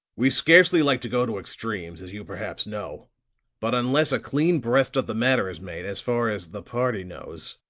we scarcely like to go to extremes, as you perhaps know but unless a clean breast of the matter is made, as far as the party knows,